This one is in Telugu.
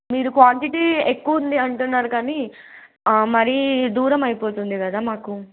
మీరు క్వాంటిటీ ఎక్కువ ఉంది అంటున్నారు కానీ మరీ దూరం అయిపోతుంది కదా మాకు